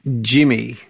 Jimmy